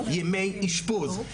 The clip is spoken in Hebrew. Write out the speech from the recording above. ימי אישפוז.